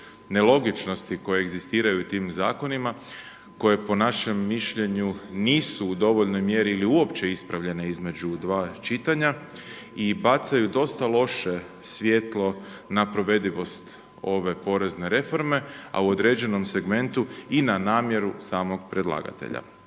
nelogičnosti koje egzistiraju u tim zakonima koje po našem mišljenju nisu u dovoljnoj mjeri ili uopće ispravljene između dva čitanja, i bacaju dosta loše svjetlo na provedivost ove porezne reforme, a u određenom segmentu i na namjeru samog predlagatelja.